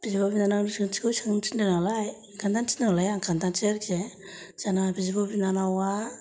बिब' बिनानावनि सोंथिखौ सोंनो थिनदों नालाय खोन्थानो थिनदों नालाय खोनथानोसै आरोखि जोंना बिब' बिनानाआ